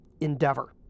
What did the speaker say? endeavor